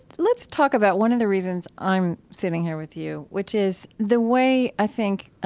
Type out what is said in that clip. let's talk about one of the reasons i'm sitting here with you, which is the way, i think,